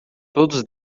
todos